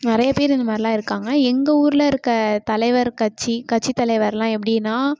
நிறைய பேர் இந்த மாதிரிலாம் இருக்காங்க எங்கள் ஊரில் இருக்கற தலைவர் கட்சி கட்சித் தலைவரெலாம் எப்படினா